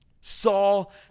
Saul